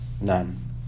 none